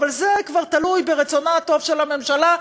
אבל זה כבר תלוי ברצונה הטוב של הממשלה,